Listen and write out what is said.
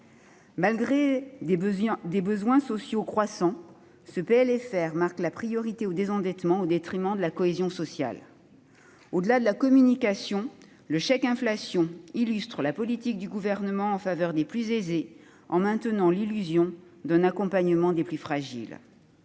loi de finances rectificative donne la priorité au désendettement au détriment de la cohésion sociale. Au-delà de la communication, le chèque inflation illustre la politique du Gouvernement : agir en faveur des plus aisés en maintenant l'illusion d'un accompagnement des plus fragiles.